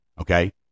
okay